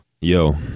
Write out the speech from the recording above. Yo